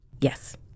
Yes